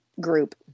group